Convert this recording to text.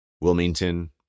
Wilmington